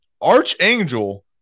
Archangel